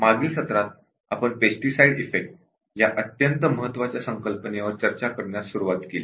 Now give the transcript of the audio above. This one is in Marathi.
मागील व्याखानात आपण पेस्टीसाइड इफेक्ट या अत्यंत महत्वाच्या संकल्पनेवर चर्चा करण्यास सुरुवात केली